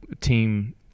team